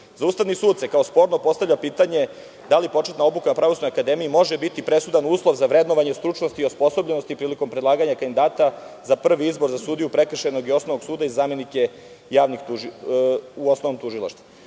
Za Ustavni sud se kao sporno postavlja pitanje – da li početna obuka na Pravosudnoj akademiji može biti presudan uslov za vrednovanje stručnosti i osposobljenosti prilikom predlaganja kandidata za prvi izbor za sudiju prekršajnog i osnovnog suda i zamenike u osnovnom tužilaštvu?